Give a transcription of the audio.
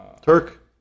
Turk